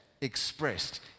expressed